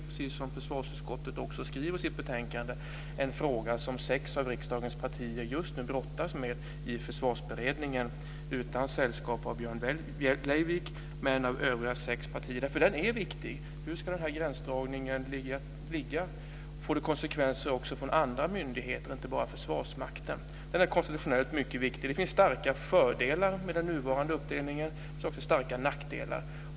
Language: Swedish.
Det är en fråga som sex av riksdagens partier just nu brottas med i Försvarsberedningen, som försvarsutskottet skriver i sitt betänkande. Det sker utan sällskap av Björn Leivik. Den frågan är viktig. Var ska den gränsdragningen göras? Får det konsekvenser också för andra myndigheter än Försvarsmakten? Det är en konstitutionellt mycket viktig fråga. Det finns starka fördelar med den nuvarande uppdelningen men också starka nackdelar.